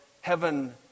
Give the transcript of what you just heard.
heaven